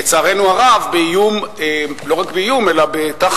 לצערנו הרב, באיום, ולא רק